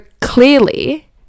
clearly